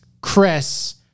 Chris